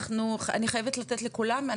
אני חייבת לתת לכולם,